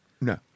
No